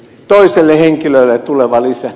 toiselle henkilölle tuleva lisä